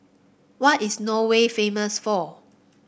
what is Norway famous for